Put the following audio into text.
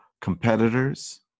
competitors